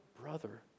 brother